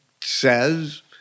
says